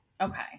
Okay